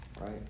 Right